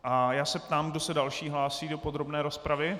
A já se ptám, kdo se další hlásí do podrobné rozpravy.